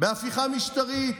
בהפיכה משטרית,